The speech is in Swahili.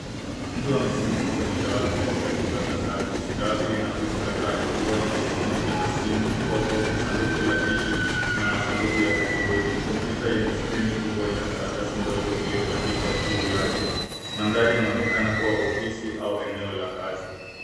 Mtu amesimama kwenye dawati katika chumba cha kazi. Dawati lina vitu kadhaa ikiwa ni pamoja na simu, kopo, sanduku la tissue na masanduku ya kadibodi. Komputa yenye skrini kubwa ina karatasi ndogo iliyobandikwa juu yake, madhari inaoneka kuwa ofisi au eneo la kazi.